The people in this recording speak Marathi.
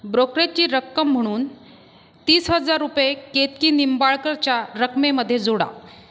ब्रोकरेज्ची रक्कम म्हणून तीस हजार रुपये केतकी निंबाळकरच्या रकमेमध्ये जोडा